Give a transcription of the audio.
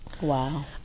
Wow